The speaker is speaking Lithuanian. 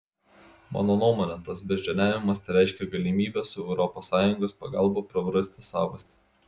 mano nuomone tas beždžioniavimas tereiškia galimybę su europos sąjungos pagalba prarasti savastį